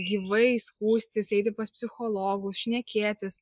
gyvai skųstis eiti pas psichologus šnekėtis